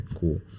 cool